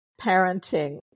parenting